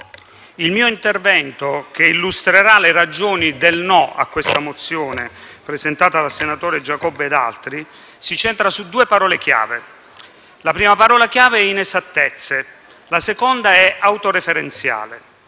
il mio intervento, che illustrerà le ragioni del no a questa mozione, presentata dal senatore Giacobbe e da altri senatori, s'incentra su due parole chiave, la prima delle quali è inesattezza e la seconda è autoreferenzialità.